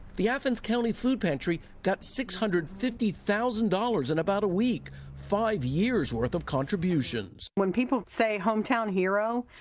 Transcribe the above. the athens county food pantry got six hundred and fifty thousand dollars in about a week five years worth of contributions. when people say hometown hero,